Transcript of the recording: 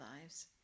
lives